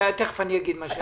תכף אני אגיד משהו על זה.